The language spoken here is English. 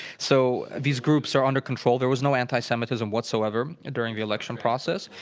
so these groups are under control. there was no anti-semitism whatsoever during the election process.